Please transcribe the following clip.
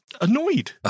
annoyed